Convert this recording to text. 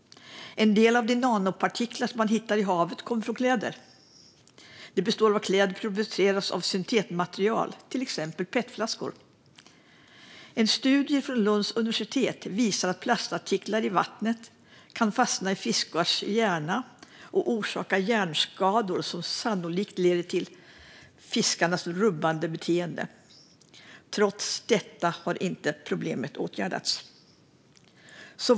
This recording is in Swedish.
En del av de nanopartiklar som man hittar i havet kommer från kläder. Det beror på att kläder produceras av syntetmaterial, till exempel petflaskor. En studie från Lunds universitet visar att plastartiklar i vattnet kan fastna i fiskars hjärnor och orsaka hjärnskador som sannolikt leder till rubbat beteende. Trots detta har problemet inte åtgärdats.